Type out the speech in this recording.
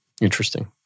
Interesting